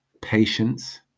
patience